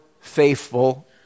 faithful